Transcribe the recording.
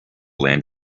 land